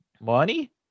money